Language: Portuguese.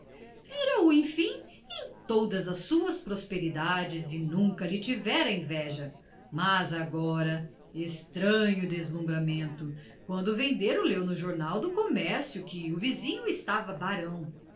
vira o enfim em todas as suas prosperidades e nunca lhe tivera inveja mas agora estranho deslumbramento quando o vendeiro leu no jornal do comércio que o vizinho estava barão